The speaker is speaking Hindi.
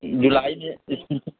जुलाई में इस्कूल सब